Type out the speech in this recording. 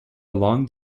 along